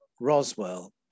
Roswell